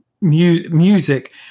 music